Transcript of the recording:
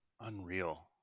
Unreal